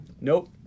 nope